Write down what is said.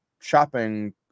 shopping